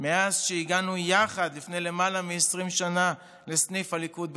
מאז שהגענו יחד לפני למעלה מ-20 שנה לסניף הליכוד בחולון,